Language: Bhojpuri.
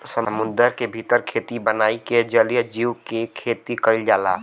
समुंदर के भीतर खेती बनाई के जलीय जीव के खेती कईल जाला